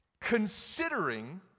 considering